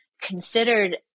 considered